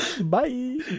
Bye